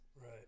Right